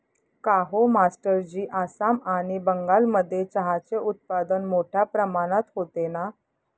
काहो मास्टरजी आसाम आणि बंगालमध्ये चहाचे उत्पादन मोठया प्रमाणात होते ना